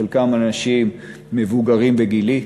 חלקם אנשים מבוגרים, בגילי,